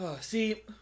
See